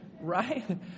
Right